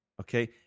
okay